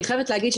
אני חייבת להגיד,